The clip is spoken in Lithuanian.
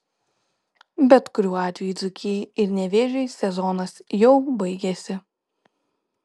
bet kuriuo atveju dzūkijai ir nevėžiui sezonas jau baigėsi